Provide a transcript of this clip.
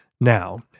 Now